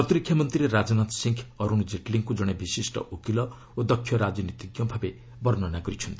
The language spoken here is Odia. ପ୍ରତିରକ୍ଷା ମନ୍ତ୍ରୀ ରାଜନାଥ ସିଂହ ଅରୁଣ ଜେଟଲୀଙ୍କୁ ଜଣେ ବିଶିଷ୍ଟ ଓକିଲ ଓ ଦକ୍ଷ ରାଜନୀତିଜ୍ଞ ଭାବେ ବର୍ଷ୍ଣନା କରିଛନ୍ତି